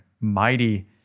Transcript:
mighty